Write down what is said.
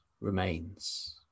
remains